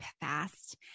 fast